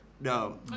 No